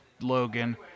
Logan